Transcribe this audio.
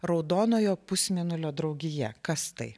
raudonojo pusmėnulio draugija kas tai